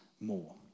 more